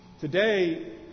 today